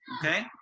okay